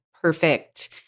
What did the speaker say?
perfect